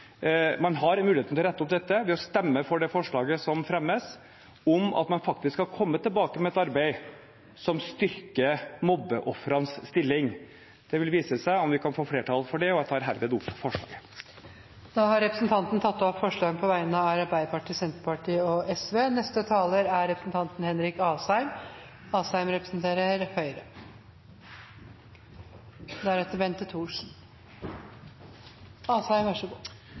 man bruker et slikt område til å gjøre ingenting. Man har muligheten til å rette opp dette ved å stemme for det forslaget som fremmes om at man skal komme tilbake med et arbeid som styrker mobbeofrenes stilling. Det vil vise seg om vi kan få flertall for det. Jeg tar herved opp forslaget. Representanten Trond Giske har tatt opp det forslaget han refererte til. Kampen mot mobbing i skolen samler Stortinget, og